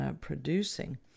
producing